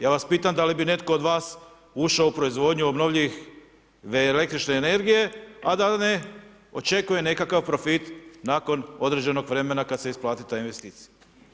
Ja vas pitam, da li bi netko od vas ušao u proizvodnju obnovljivih električne energije, a da ne očekuje nekakav profit, nakon određenog vremena, kada se isplati ta investicija.